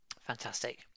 Fantastic